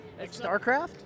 Starcraft